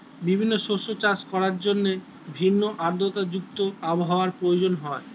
বিভিন্ন শস্য চাষ করার জন্য ভিন্ন আর্দ্রতা যুক্ত আবহাওয়ার প্রয়োজন হয়